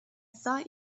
thought